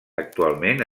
actualment